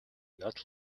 not